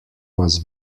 was